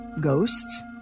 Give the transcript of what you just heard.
Ghosts